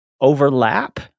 overlap